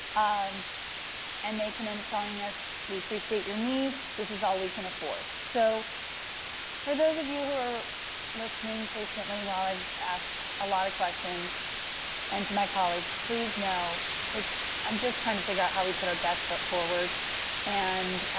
um and they can end up telling us we appreciate your need. this is all we can afford. so for those of you who are listening patiently while i asked a lot of questions and to my colleagues, please know it is i'm trying to figure out how we put our best foot forward and